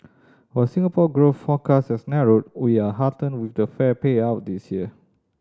while Singapore growth forecast has narrowed we are heartened with the fair payout this year